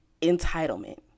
entitlement